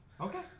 Okay